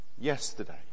yesterday